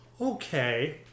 Okay